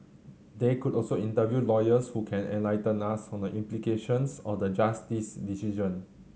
they could also interview lawyers who can enlighten us on the implications of the Justice's decision